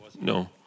No